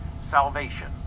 salvation